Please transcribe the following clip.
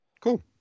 Cool